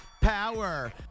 power